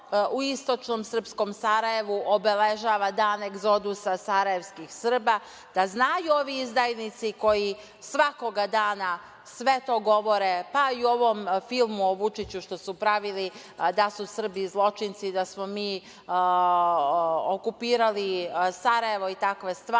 u istočnom srpskom Sarajevu obeležava dan egzodusa sarajevskih Srba, da znaju ovi izdajnici koji svakog dana sve to govore, pa i u ovom filmu o Vučiću što su pravili, da su Srbi zločinci, da smo mi okupirali Sarajevo i takve stvari,